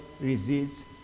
resists